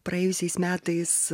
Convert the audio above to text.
praėjusiais metais